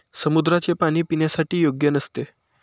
समुद्राचे पाणी पिण्यासाठी योग्य नसते